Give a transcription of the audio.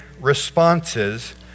responses